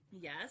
Yes